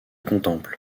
contemple